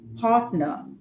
partner